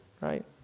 right